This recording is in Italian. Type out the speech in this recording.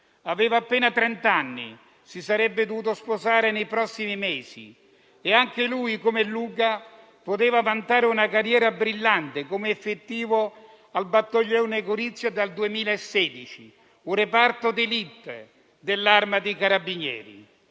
Aveva appena trent'anni e si sarebbe dovuto sposare nei prossimi mesi; anche lui, come Luca, poteva vantare una carriera brillante come effettivo al Battaglione Gorizia dal 2016, un reparto di *élite* dell'Arma dei carabinieri.